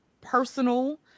personal